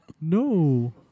No